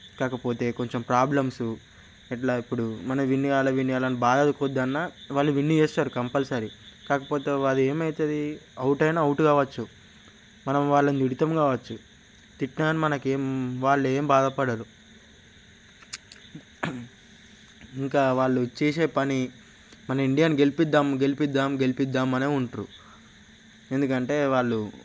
కాకపోతే కొంచెం ప్రాబ్లమ్స్ ఎలా ఇప్పుడు మనం విన్ కాలే విన్ కాలే అనె బాధకైనా వాళ్ళు విన్ చేస్తారు కంపల్సరీ కాకపోతే అదేమవుతుంది అవుట్ అయినా అవుట్ కావచ్చు మనం వాళ్ళని తిడతాము కావచ్చు తిట్టినా కానీ మనకేమీ వాళ్ళు ఏం బాధపడరు ఇంకా వాళ్ళు చేసే పని మన ఇండియాని గెలిపిద్దాం గెలిపిద్దాం గెలిపిద్దాం అనే ఉంటారు ఎందుకంటే వాళ్ళు